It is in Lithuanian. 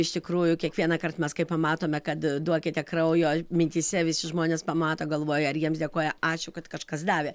iš tikrųjų kiekvienąkart mes kai pamatome kad duokite kraujo mintyse visi žmonės pamato galvoja ar jiems dėkoja ačiū kad kažkas davė